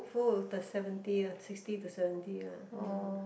full with the seventy uh sixty to seventy lah hmm